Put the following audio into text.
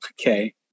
okay